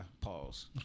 Pause